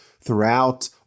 throughout